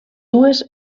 dues